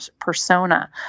persona